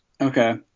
Okay